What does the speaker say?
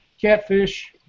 Catfish